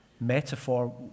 metaphor